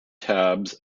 tabs